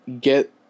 get